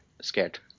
Scared